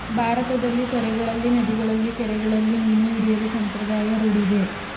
ಭಾರತದಲ್ಲಿ ತೊರೆಗಳಲ್ಲಿ, ನದಿಗಳಲ್ಲಿ, ಕೆರೆಗಳಲ್ಲಿ ಮೀನು ಹಿಡಿಯುವ ಸಂಪ್ರದಾಯ ರೂಢಿಯಿದೆ